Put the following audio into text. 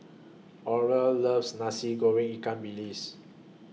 Orla loves Nasi Goreng Ikan Bilis